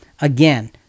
again